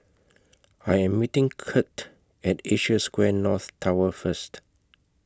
I Am meeting Kirt At Asia Square North Tower First